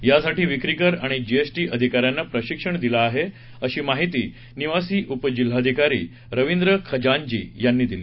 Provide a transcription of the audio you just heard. यासाठी विक्रीकर आणि जीएसटी अधिकाऱ्यांना प्रशिक्षण दिलं आहे अशी माहिती निवासी उपजिल्हाधीकारी रविंद्र खजांजी यांनी दिली